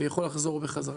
ויכול לחזור בחזרה.